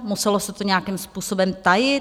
Muselo se to nějakým způsobem tajit?